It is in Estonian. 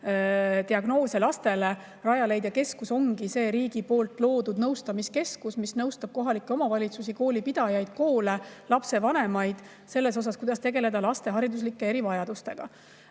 diagnoose. Rajaleidja keskus ongi see riigi loodud nõustamiskeskus, mis nõustab kohalikke omavalitsusi, koolipidajaid, koole, lapsevanemaid selles, kuidas tegeleda laste hariduslike erivajadustega.